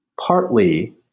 partly